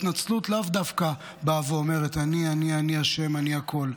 התנצלות לאו דווקא אומרת "אני אשם, אני הכול",